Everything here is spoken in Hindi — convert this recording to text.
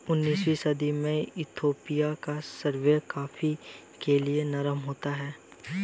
उन्नीसवीं सदी में इथोपिया का रवैया कॉफ़ी के लिए नरम हो गया